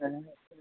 மேலே சொல்லுங்கள்